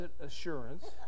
assurance